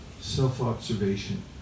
self-observation